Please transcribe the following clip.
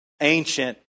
ancient